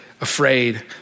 afraid